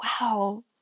wow